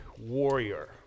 warrior